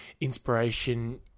inspiration